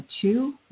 two